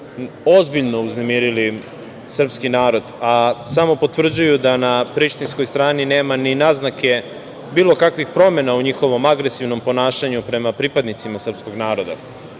ozbiljno uznemirili srpski narod, a samo potvrđuju da na Prištinskoj strani nema ni naznaka bilo kakvih promena u njihovom agresivnom ponašanju prema pripadnicima srpskog naroda. Na